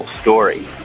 story